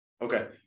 Okay